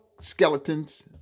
skeletons